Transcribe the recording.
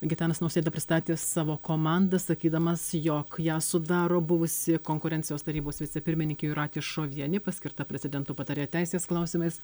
gitanas nausėda pristatė savo komandą sakydamas jog ją sudaro buvusi konkurencijos tarybos vicepirmininkė jūratė šovienė paskirta prezidento patarėja teisės klausimais